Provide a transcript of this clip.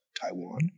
Taiwan